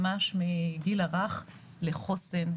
ממש מהגיל הרך לחוסן,